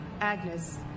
Agnes